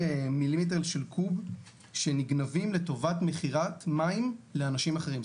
מיליון קוב שנגנבים לטובת מכירת מים לאנשים אחרים.